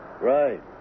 Right